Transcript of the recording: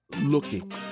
looking